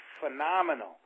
phenomenal